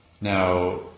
Now